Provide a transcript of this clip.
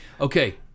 Okay